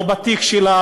לא בתיק שלה,